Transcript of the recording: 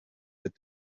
that